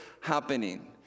happening